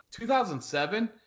2007